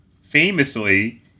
famously